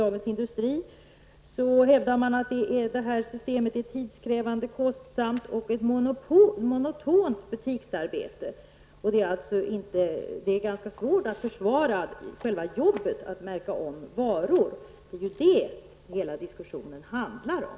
Man hävdar i artikeln att det systemet är tidskrävande, kostsamt och innebär ett monotont butiksarbete. Det är ganska svårt att försvara själva jobbet med att märka om varor. Det är vad diskussionen nu handlar om.